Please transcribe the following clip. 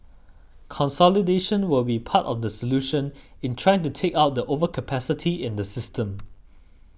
consolidation will be part of the solution in trying to take out the overcapacity in the system